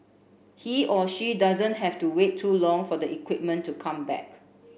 he or she doesn't have to wait too long for the equipment to come back